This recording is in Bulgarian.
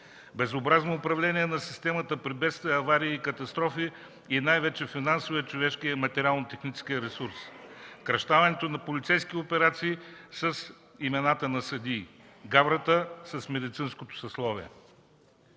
безобразно управление на системата при бедствия, аварии и катастрофи, и най-вече финансовия, човешкия и материално-техническия ресурс; кръщаването на полицейски операции с имената на съдии; гаврата с медицинското съсловие.